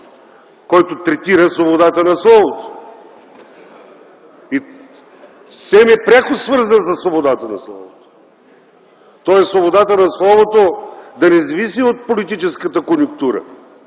който третира свободата на словото - СЕМ е пряко свързан със свободата на словото. Тоест свободата на словото да не зависи от политическата конюнктура